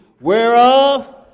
Whereof